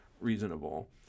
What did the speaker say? reasonable